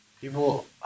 People